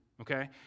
okay